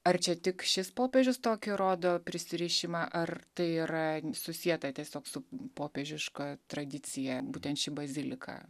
ar čia tik šis popiežius tokį rodo prisirišimą ar tai yra susieta tiesiog su popiežiška tradicija būtent ši bazilika